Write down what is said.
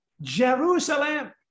Jerusalem